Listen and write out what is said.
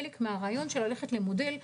הרעיון הוא ללכת למודל,